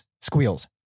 squeals